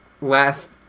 last